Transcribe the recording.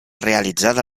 realitzada